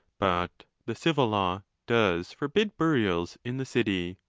but the civil law does forbid burials in the city,